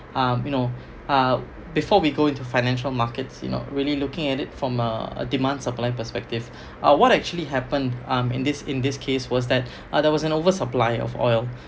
um you know uh before we go into financial markets you know really looking at it from a demand supply perspective uh what actually happen um in this in this case was that uh there was an oversupply of oil